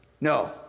No